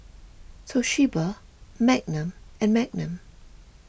Toshiba Magnum and Magnum